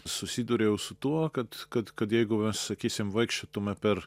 susiduriau su tuo kad kad kad jeigu sakysim vaikščiotume per